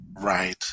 Right